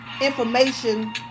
information